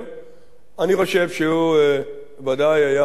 אני חושב שהוא ודאי היה מרשה לי להביא מדבריו,